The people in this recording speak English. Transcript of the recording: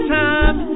time